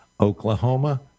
Oklahoma